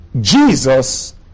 Jesus